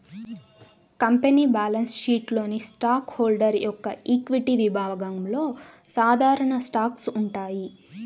company balance షీట్లోని stock holder యొక్క equity విభాగంలో సాధారణ స్టాక్స్ ఉంటాయి